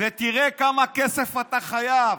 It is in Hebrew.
ותראה כמה כסף אתה חייב.